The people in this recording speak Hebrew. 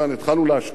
התחלנו להשקיע,